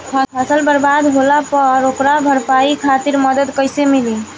फसल बर्बाद होला पर ओकर भरपाई खातिर मदद कइसे मिली?